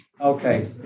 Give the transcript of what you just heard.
Okay